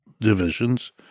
divisions